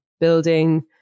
building